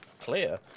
clear